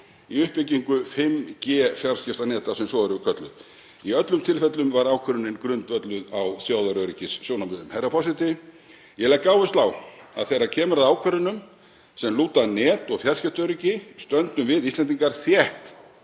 í uppbyggingu 5G-fjarskiptaneta, sem svo eru kölluð. Í öllum tilfellum var ákvörðunin grundvölluð á þjóðaröryggissjónarmiðum. Herra forseti. Ég legg áherslu á að þegar kemur að ákvörðunum sem lúta að net- og fjarskiptaöryggi stöndum við Íslendingar þétt